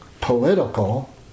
political